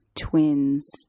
twins